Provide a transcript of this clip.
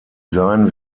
sein